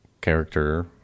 character